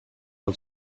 del